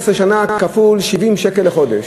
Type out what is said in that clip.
18 שנה כפול 70 שקל לחודש,